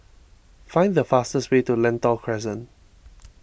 find the fastest way to Lentor Crescent